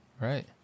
Right